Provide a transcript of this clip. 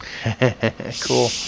cool